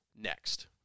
Next